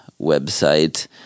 website